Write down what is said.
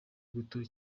guto